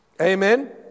Amen